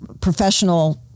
professional